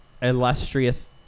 illustrious